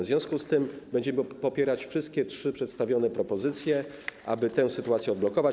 W związku z tym będziemy popierać wszystkie trzy przedstawione propozycje, aby tę sytuację odblokować.